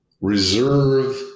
reserve